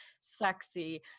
sexy